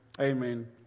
Amen